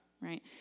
Right